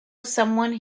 someone